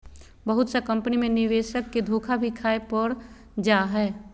बहुत सा कम्पनी मे निवेशक के धोखा भी खाय पड़ जा हय